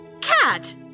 Cat